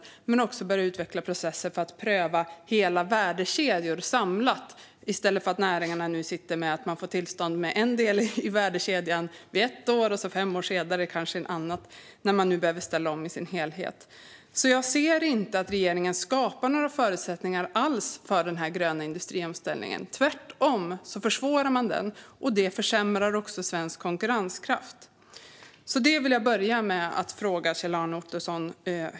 De hade också kunnat börja utveckla processer för att pröva hela värdekedjor samlat i stället för att det är som nu då näringarna får tillstånd till en del i värdekedjan ett år och fem år senare till något annat, fastän de behöver ställa om i sin helhet. Jag ser inte att regeringen alls skapar några förutsättningar för den gröna industriomställningen. Tvärtom försvårar man den, och det försämrar även svensk konkurrenskraft. Detta vill jag börja med att fråga Kjell-Arne Ottosson om.